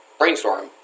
brainstorm